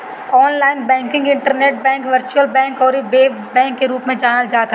online banking के internet bank, virtual bank अउरी web bank के रूप में जानल जात हवे